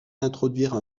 introduire